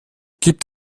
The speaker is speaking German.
gibt